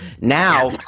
Now